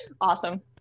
awesome